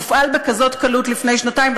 הופעל בקלות כזאת לפני שנתיים,